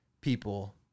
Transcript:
people